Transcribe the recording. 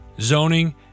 zoning